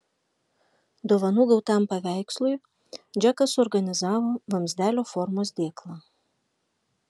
dovanų gautam paveikslui džekas suorganizavo vamzdelio formos dėklą